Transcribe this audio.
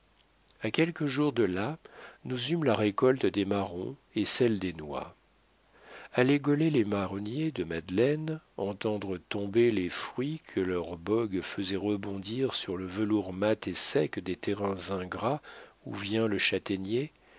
a quelques jours de là nous eûmes la récolte des marrons et celle des noix aller gauler les marronniers de madeleine entendre tomber les fruits que leur bogue faisait rebondir sur le velours mat et sec des terrains ingrats où vient le châtaignier